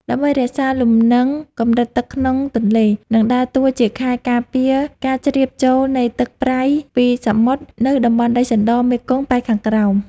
ដើម្បីរក្សាលំនឹងកម្រិតទឹកក្នុងទន្លេ និងដើរតួជាខែលការពារការជ្រាបចូលនៃទឹកប្រៃពីសមុទ្រនៅតំបន់ដីសណ្ដមេគង្គប៉ែកខាងក្រោម។